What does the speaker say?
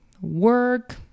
work